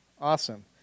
awesome